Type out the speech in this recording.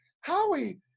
Howie